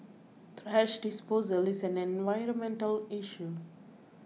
thrash disposal is an environmental issue